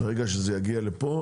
ברגע שזה יגיע לפה,